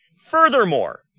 Furthermore